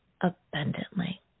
abundantly